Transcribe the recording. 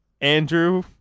Andrew